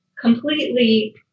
completely